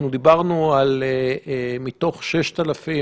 שהמידע עליו הועבר לשירות לבדיקה.